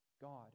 God